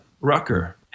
Rucker